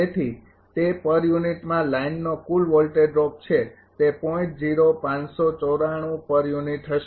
તેથી તે પર યુનિટમાં લાઇનનો કુલ વોલ્ટેજ ડ્રોપ છે તે પર યુનિટ હશે